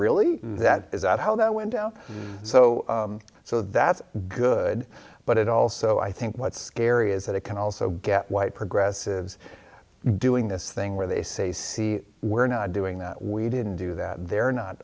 really that is that how that window so so that's good but it also i think what's scary is that it can also get white progressives doing this thing where they say see we're not doing that we didn't do that they're not